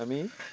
আমি